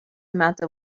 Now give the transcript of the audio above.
amount